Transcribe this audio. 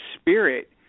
spirit